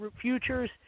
futures